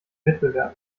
wettbewerb